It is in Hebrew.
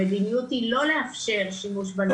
המדיניות היא לא לאפשר שימוש במסכים בזמן הלימודים.